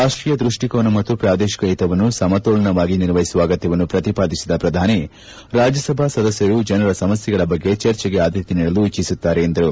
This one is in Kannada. ರಾಷ್ಟೀಯ ದೃಷ್ಟಿಕೋನ ಮತ್ತು ಪ್ರಾದೇಶಿಕ ಹಿತವನ್ನು ಸಮತೋಲನವಾಗಿ ನಿರ್ವಹಿಸುವ ಅಗತ್ಯವನ್ನು ಪ್ರತಿಪಾದಿಸಿದ ಪ್ರಧಾನಿ ರಾಜ್ಯಸಭಾ ಸದಸ್ಯರು ಜನರ ಸಮಸ್ಯೆಗಳ ಬಗ್ಗೆ ಚರ್ಚೆಗೆ ಆದ್ಯತೆ ನೀಡಲು ಇಚ್ಪಿಸುತ್ತಾರೆ ಎಂದರು